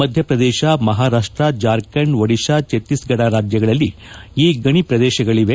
ಮಧ್ಯಪ್ರದೇಶ ಮಹಾರಾಷ್ಟ ಜಾರ್ಖಂಡ್ ಒಡಿತಾ ಛತ್ತೀಸ್ಗಢ ರಾಜ್ಯಗಳಲ್ಲಿ ಈ ಗಣಿ ಪ್ರದೇಶಗಳವೆ